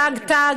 תג-תג.